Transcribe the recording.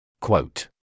Quote